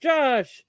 Josh